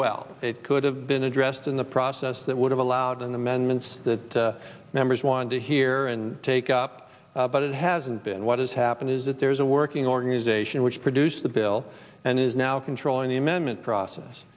well it could have been addressed in the process that would have allowed in the men once the members want to hear and take up but it hasn't been what has happened is that there is a working organization which produced the bill and is now controlling the amendment process